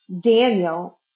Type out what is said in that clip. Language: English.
Daniel